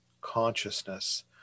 consciousness